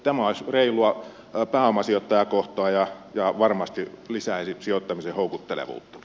tämä olisi reilua pääomasijoittajaa kohtaan ja varmasti lisäisi sijoittamisen houkuttelevuutta